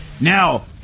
Now